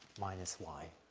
minus y,